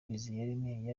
bimenyimana